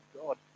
God